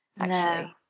No